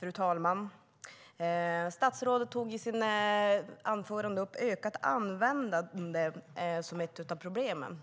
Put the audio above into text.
Fru talman! Statsrådet tog i sitt anförande upp ökat användande som ett av problemen.